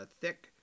thick